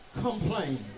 complain